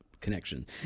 connection